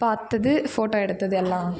பார்த்தது ஃபோட்டோ எடுத்தது எல்லாம்